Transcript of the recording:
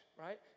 right